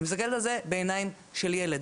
אני מסתכלת על זה בעיניים של ילד.